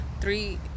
three